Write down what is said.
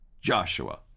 Joshua